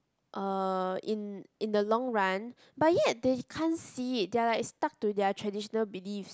uh in in the long run but yet they can't see it they're like stuck to their traditional belief